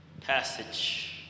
passage